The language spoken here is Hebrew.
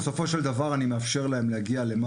לנכים אני כן מאפשר בסופו של דבר להגיע למעלה,